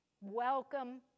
welcome